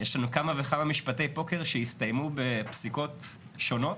יש לנו כמה וכמה משפטי פוקר שהסתיימו בפסיקות שונות,